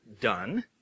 done